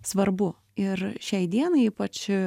svarbu ir šiai dienai ypač